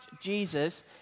Jesus